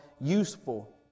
useful